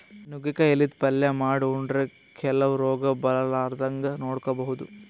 ನುಗ್ಗಿಕಾಯಿ ಎಲಿದ್ ಪಲ್ಯ ಮಾಡ್ ಉಂಡ್ರ ಕೆಲವ್ ರೋಗ್ ಬರಲಾರದಂಗ್ ನೋಡ್ಕೊಬಹುದ್